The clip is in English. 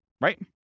Right